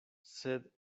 sed